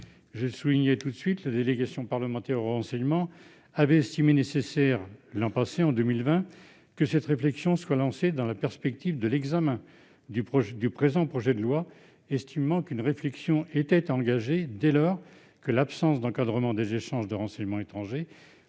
un cadre à cette activité. La délégation parlementaire au renseignement avait estimé nécessaire en 2020 que cette réflexion soit lancée dans la perspective de l'examen du présent projet de loi, estimant qu'une réflexion était engagée dès lors que l'absence d'encadrement des échanges de renseignements étrangers